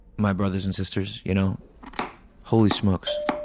my brothers and sisters, you know holy smokes,